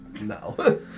No